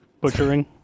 butchering